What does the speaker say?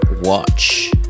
Watch